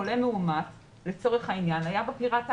שחולה מאומת היה בפיראט האדום,